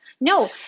No